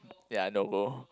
ya no go